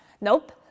Nope